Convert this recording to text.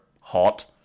hot